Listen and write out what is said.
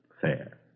fair